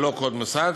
ללא קוד מוסד,